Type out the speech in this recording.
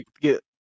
get